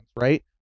right